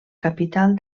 capital